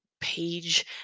page